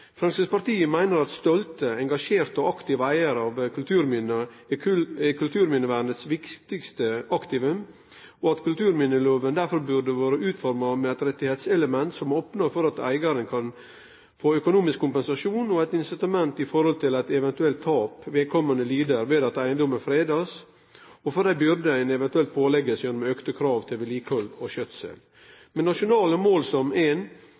Fremskrittspartiet mener at stolte, engasjerte og aktive eiere av kulturminner er kulturminnevernets viktigste aktivum, og at kulturminneloven derfor burde vært utformet med et rettighetselement som åpner for at eieren kan få økonomisk kompensasjon – og incitament – for eventuelle tap vedkommende lider ved at eiendommen fredes, og for de byrder en eventuelt pålegges gjennom økte krav til vedlikehold og skjøtsel. Nasjonale resultatmål er: «Nasjonalt resultatmål 1: Det årlege tapet av verneverdige kulturminne og kulturmiljø som